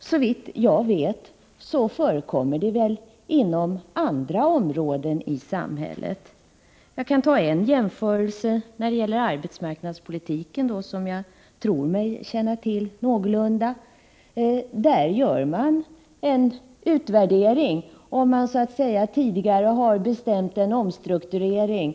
Såvitt jag vet förekommer det inom andra områden i samhället. Jag kan göra en jämförelse med arbetsmarknadspolitiken, som jag tror mig känna till någorlunda. Där gör man en utvärdering om man tidigare har bestämt sig för en omstrukturering.